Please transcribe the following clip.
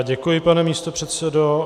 Děkuji, pane místopředsedo.